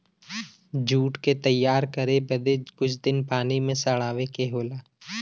jute क तैयार करे बदे कुछ दिन पानी में सड़ावे के होला